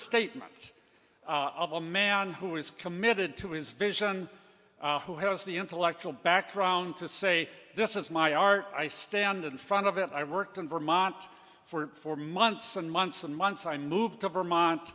statement of a man who is committed to his vision who has the intellectual background to say this is my art i stand in front of it i've worked in vermont for months and months and months i moved to vermont